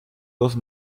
dos